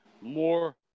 more